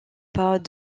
pas